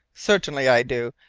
certainly i do,